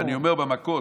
אני אומר במכות.